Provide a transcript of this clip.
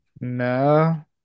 no